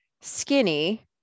skinny